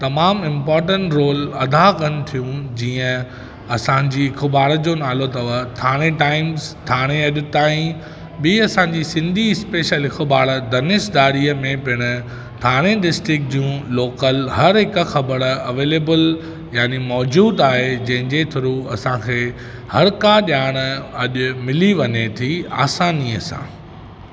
तमामु important role अदा कनि थियूं जीअं असांजी अख़बार जो नालो अथव थाणे टाइम्स थाणे अॼु ताईं बि असांजी सिंधी स्पेशल अख़बार धनेशदारीअ में पिणि थाणे डिस्ट्रिक्ट जूं लोकल हर हिकु ख़बर अवेलेबल यानि मौज़ूदु आहे जंहिंजे थ्रू असांखे हर का ॼाण अॼु मिली वञे थी असानीअ सां